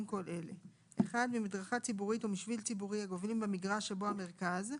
כל אלה: ממדרכה ציבורית או משביל ציבורי הגובלים במגרש שבו המרכז,